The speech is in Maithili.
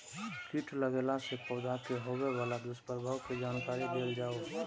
कीट लगेला से पौधा के होबे वाला दुष्प्रभाव के जानकारी देल जाऊ?